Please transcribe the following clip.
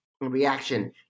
reaction